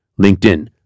LinkedIn